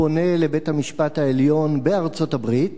פונה אל בית-המשפט העליון בארצות-הברית